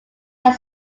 are